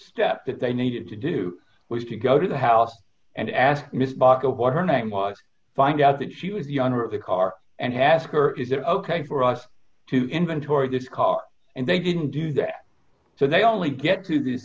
step that they needed to do was to go to the house and ask mrs baka what her name was find out that she was younger of the car and ask her is it ok for us to inventory this car and they didn't do that so they only get to this